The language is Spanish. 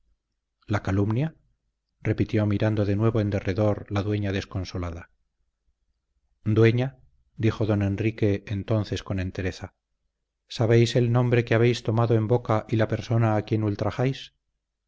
la calumnia repitió mirando de nuevo en derredor la dueña desconsolada dueña dijo don enrique entonces con entereza sabéis el nombre que habéis tomado en boca y la persona a quien ultrajáis